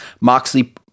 Moxley